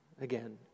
again